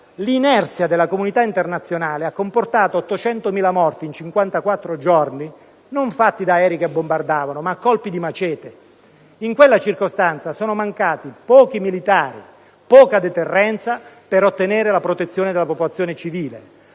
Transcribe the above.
l'inerzia della comunità internazionale ha comportato a 800.000 morti in 54 giorni, non provocati da aerei che bombardavano, bensì da colpi di *machete*. In quella circostanza sono mancati pochi militari e poca deterrenza per ottenere la protezione della popolazione civile.